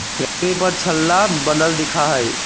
लकड़ी पर छल्ला बनल दिखा हई